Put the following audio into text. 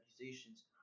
accusations